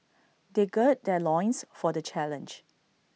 they gird their loins for the challenge